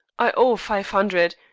i owe five hundred